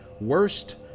worst